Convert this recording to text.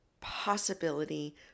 possibility